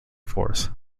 force